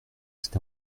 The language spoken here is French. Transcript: cet